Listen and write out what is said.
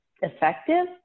effective